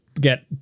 get